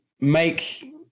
make